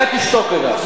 אולי תשתוק רגע.